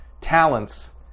talents